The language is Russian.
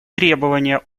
требования